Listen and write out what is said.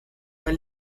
war